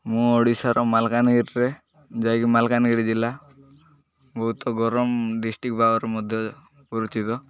ମୁଁ ଓଡ଼ିଶାର ମାଲକାନିରିରେ ଯାହାକି ମାଲକାନଗିରି ଜିଲ୍ଲା ବହୁତ ଗରମ ଡିଷ୍ଟ୍ରିକ୍ ଭାବରେ ମଧ୍ୟ ପରିଚିତ